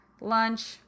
Lunch